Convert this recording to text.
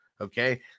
okay